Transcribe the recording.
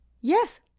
Yes